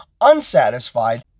unsatisfied